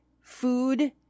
food